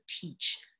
teach